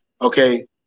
Okay